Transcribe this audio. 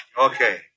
Okay